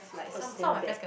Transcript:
was damn bad